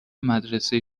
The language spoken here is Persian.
مدرسه